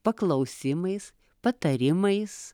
paklausimais patarimais